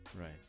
Right